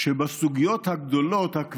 שבסוגיות הגדולות, הכבדות,